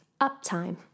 Uptime